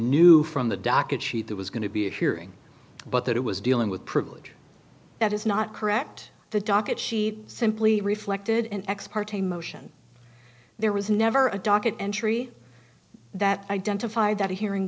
knew from the docket sheet that was going to be a hearing but that it was dealing with privilege that is not correct the docket she simply reflected in ex parte motion there was never a docket entry that identified that hearing